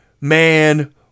man